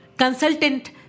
Consultant